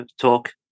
talk